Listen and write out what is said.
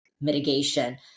mitigation